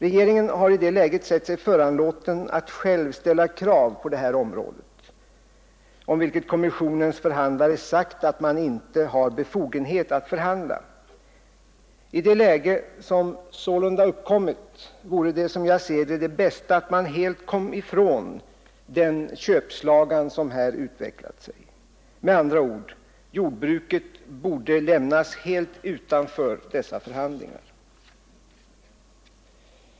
Regeringen har i det läget sett sig föranlåten att själv ställa krav på det här området, om vilket kommissionens förhandlare dock sagt att man inte har befogenhet att förhandla. I den situation som sålunda uppkommit vore det, som jag ser det, bäst om man helt kom ifrån den köpslagan som utvecklat sig. Med andra ord: jordbruket borde lämnas helt utanför dessa förhandlingar.